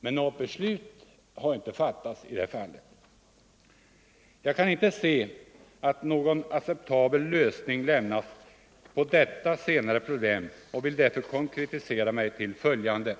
Något beslut i denna fråga föreligger icke. Jag kan inte se att någon acceptabel lösning lämnas på detta senare problem och vill därför konkretisera mig till följande.